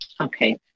okay